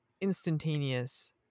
instantaneous